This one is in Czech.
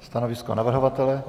Stanovisko navrhovatele?